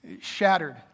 shattered